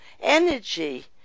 energy